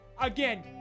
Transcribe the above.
again